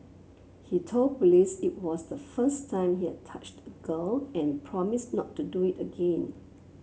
he told police it was the first time he had touched a girl and promised not to do it again